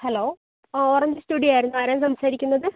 hello orange studio ആയിരുന്നു ആരാണ് സംസാരിക്കുന്നത്